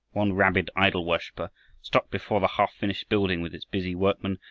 one rabid idol-worshiper stopped before the half-finished building with its busy workmen,